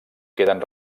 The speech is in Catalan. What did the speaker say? queden